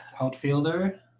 outfielder